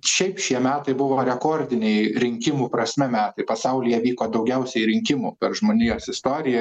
šiaip šie metai buvo rekordiniai rinkimų prasme metai pasaulyje vyko daugiausiai rinkimų per žmonijos istoriją